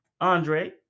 Andre